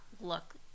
look